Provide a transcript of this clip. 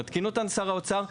שמתקין אותן שר האוצר,